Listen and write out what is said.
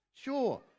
Sure